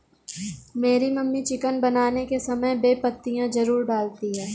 मेरी mummy chicken बनाने के समय बे पत्तियां जरूर डालती हैं